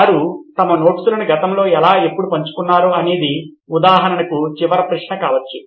వారు తమ నోట్స్లను గతం లో ఎలా ఎప్పుడు పంచుకున్నారో అనేది ఉదాహరణకు చివరి ప్రశ్న కావచ్చు